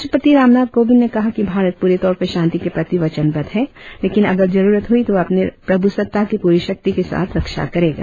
राष्ट्रपति रामनाथ कोविंद ने कहा है कि भारत पूरे तौर पर शांति के प्रति वचनबद्ध है लेकिन अगर जरुरत हुई तो वह अपनी प्रभुसत्ता की पूरी शक्ति के साथ रक्षा करेगा